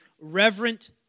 reverent